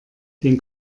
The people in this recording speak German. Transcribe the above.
den